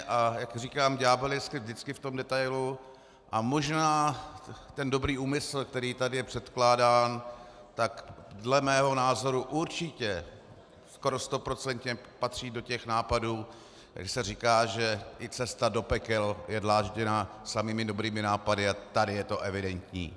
A jak říkám, ďábel je skryt vždycky v tom detailu a možná ten dobrý úmysl, který tady je předkládán, tak dle mého názoru určitě, skoro stoprocentně, patří do těch nápadů, jak se říká, že i cesta do pekel je dlážděná samými dobrými nápady, a tady je to evidentní.